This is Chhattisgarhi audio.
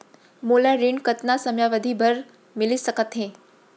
मोला ऋण कतना समयावधि भर मिलिस सकत हे?